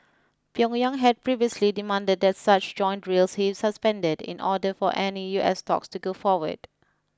Pyongyang had previously demanded that such joint drills be suspended in order for any U S talks to go forward